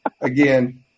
again